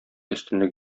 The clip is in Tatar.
өстенлек